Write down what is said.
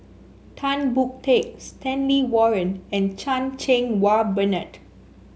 Tan Boon Teik Stanley Warren and Chan Cheng Wah Bernard